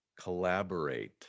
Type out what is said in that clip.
Collaborate